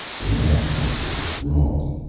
in that, napier was wrong.